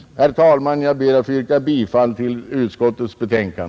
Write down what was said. Herr talman! Jag ber att få yrka bifall till skatteutskottets hemställan.